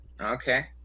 okay